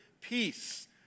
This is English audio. peace